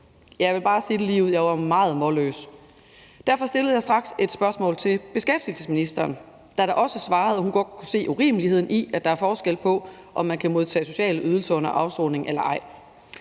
Jeg vil bare sige det ligeud: Jeg var meget målløs! Derfor stillede jeg straks et spørgsmål til beskæftigelsesministeren, der da også svarede, at hun godt kunne se urimeligheden i, at der er forskel på, om man kan modtage sociale ydelser under afsoningen eller ej.